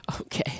Okay